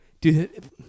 Dude